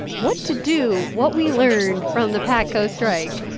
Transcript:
what to do, what we learned from the patco strike,